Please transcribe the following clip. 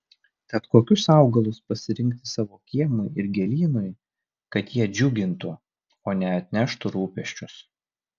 tad kokius augalus pasirinkti savo kiemui ir gėlynui kad jie džiugintų o ne atneštų rūpesčius